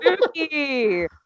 Spooky